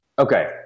Okay